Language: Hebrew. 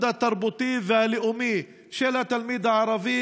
התרבותי והלאומי של התלמיד הערבי,